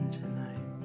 tonight